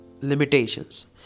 limitations